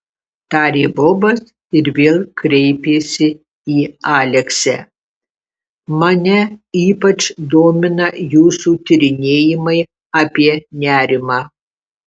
ačiū tarė bobas ir vėl kreipėsi į aleksę mane ypač domina jūsų tyrinėjimai apie nerimą